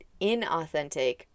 inauthentic